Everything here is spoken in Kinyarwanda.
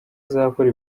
azakora